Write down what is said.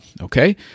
Okay